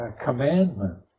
commandment